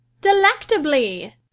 Delectably